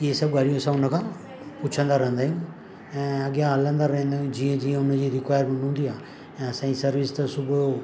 इहे सभु ॻाल्हियूं असां हुनखां पुछंदा रहंदा आहियूं ऐं अॻियां हलंदा रहंदा आहियूं जीअं जीअं हुनजी रिक्वायरमेंट हूंदी आहे ऐं असांजी सर्विस त सुबुह